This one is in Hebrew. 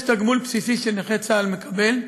יש תגמול בסיסי שנכה צה"ל מקבל,